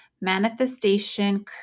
Manifestation